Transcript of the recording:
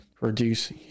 reduce